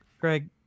Greg